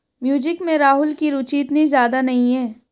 music में राहुल की रुचि इतनी ज्यादा नहीं है